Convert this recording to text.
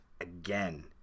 again